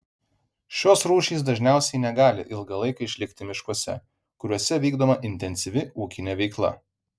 šios rūšys dažniausiai negali ilgą laiką išlikti miškuose kuriuose vykdoma intensyvi ūkinė veikla